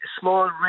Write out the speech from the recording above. small